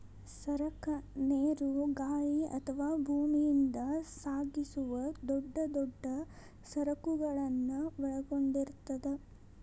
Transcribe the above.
ಸರಕ ನೇರು ಗಾಳಿ ಅಥವಾ ಭೂಮಿಯಿಂದ ಸಾಗಿಸುವ ದೊಡ್ ದೊಡ್ ಸರಕುಗಳನ್ನ ಒಳಗೊಂಡಿರ್ತದ